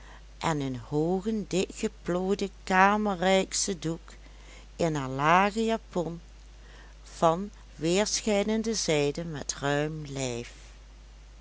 en een hoogen dikgeplooiden kamerijkschen doek in haar lage japon van weerschijnende zijde met ruim lijf